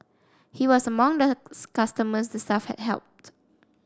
he was among the customers the staff had helped